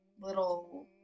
little